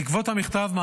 בעקבות המכתב,